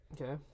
Okay